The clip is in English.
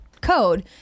code